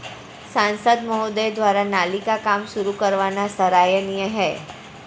सांसद महोदय द्वारा नाली का काम शुरू करवाना सराहनीय है